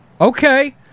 Okay